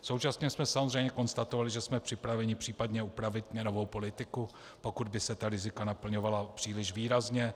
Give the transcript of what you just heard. Současně jsme samozřejmě konstatovali, že jsme připraveni případně upravit měnovou politiku, pokud by se ta rizika naplňovala příliš výrazně.